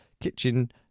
kitchen